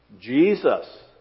Jesus